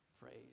praise